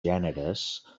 gèneres